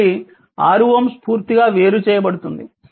కాబట్టి 6 Ω పూర్తిగా వేరుచేయబడుతుంది